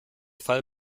fall